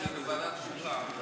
שבוועדת חוקה.